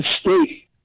state